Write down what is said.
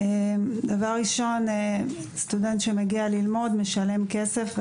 דבר ראשון: סטודנט שמגיע ללמוד משלם כסף,